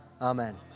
Amen